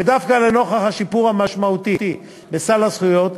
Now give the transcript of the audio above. ודווקא לנוכח השיפור המשמעותי בסל הזכויות,